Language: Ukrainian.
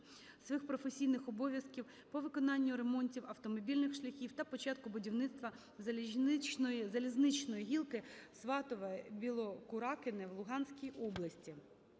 своїх професійних обов'язків по виконанню ремонтів автомобільних шляхів та початку будівництва залізничної гілки Сватове-Білокуракине в Луганській області.